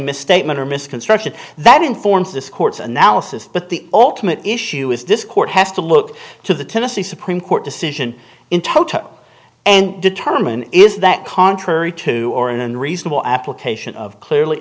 misstatement or misconstruction that informs this court's analysis but the ultimate issue is this court has to look to the tennessee supreme court decision in toto and determine is that contrary to or an unreasonable application of clearly